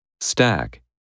Stack